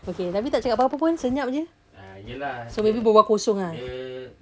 okay tapi tak cakap apa-apa pun senyap jer so maybe berbual kosong ah